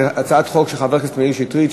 הצעת חוק של חבר הכנסת מאיר שטרית,